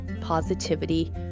Positivity